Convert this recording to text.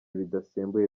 bidasembuye